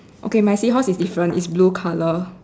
okay my seahorse is different it's blue colour